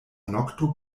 nokto